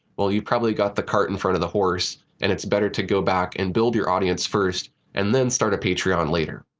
well, you probably got the cart in front of the horse, and it's better to go back and build your audience first and then start a patreon later.